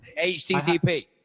HTTP